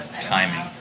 timing